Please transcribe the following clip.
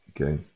Okay